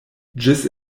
ĝis